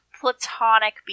platonic